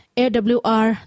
awr